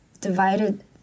divided